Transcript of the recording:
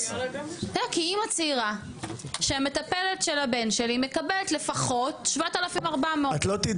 כאמא צעירה שמטפלת של הבן שלי מקבלת לפחות 7,400 ₪,